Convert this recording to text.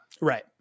Right